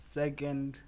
second